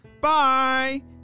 Bye